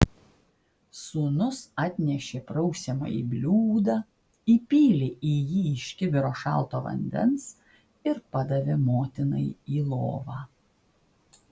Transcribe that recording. sūnus atnešė prausiamąjį bliūdą įpylė į jį iš kibiro šalto vandens ir padavė motinai į lovą